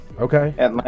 Okay